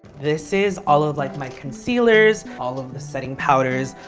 this is all of like my concealers, all of the setting powders,